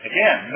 Again